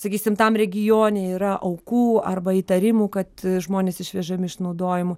sakysim tam regione yra aukų arba įtarimų kad žmonės išvežami išnaudojimu